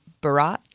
barat